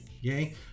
Yay